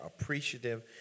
appreciative